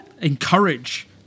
encourage